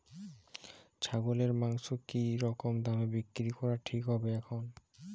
ছাগলের মাংস কী রকম দামে বিক্রি করা ঠিক হবে এখন?